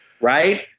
Right